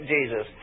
Jesus